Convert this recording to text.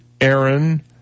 Aaron